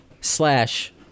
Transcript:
Slash